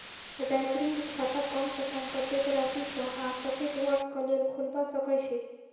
recurring खाता कम सँ कम कत्तेक राशि सऽ आ कत्तेक वर्ष कऽ लेल खोलबा सकय छी